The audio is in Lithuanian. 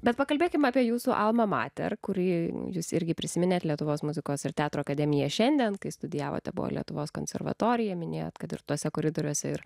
bet pakalbėkime apie jūsų alma mater kurį jūs irgi prisiminė lietuvos muzikos ir teatro akademiją šiandien kai studijavote buvo lietuvos konservatoriją minėjote kad ir tuose koridoriuose ir